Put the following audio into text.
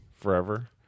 forever